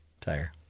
tire